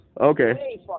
Okay